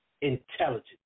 intelligence